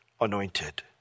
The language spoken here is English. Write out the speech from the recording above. anointed